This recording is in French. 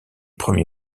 premier